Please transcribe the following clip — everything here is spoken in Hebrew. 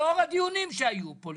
לאור הדיונים שהיו פה,